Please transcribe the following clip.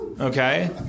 Okay